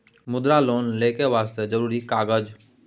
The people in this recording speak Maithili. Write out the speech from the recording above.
मुद्रा लोन लेके वास्ते जरुरी कागज?